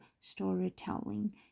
storytelling